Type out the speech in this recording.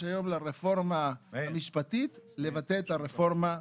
היום לרפורמה המשפטית לבטא את הרפורמה.